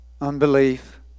unbelief